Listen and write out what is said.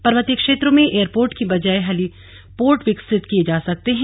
पर्वतीय क्षेत्रों में एयरपोर्ट की बजाय हेलीपोर्ट विकसित किए जा सकते हैं